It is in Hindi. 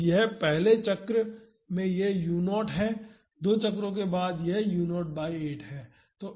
तो पहले चक्र में यह u0 है 2 चक्रों के बाद यह u0 8 है